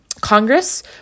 Congress